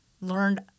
learned